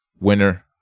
winner